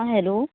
हां हॅलो